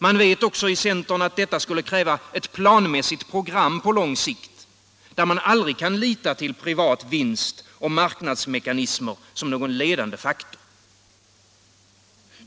Man vet också i centern att detta skulle kräva ett planmässigt program på lång sikt, där man aldrig kan lita till privat vinst och marknadsmekanismer som någon ledande faktor.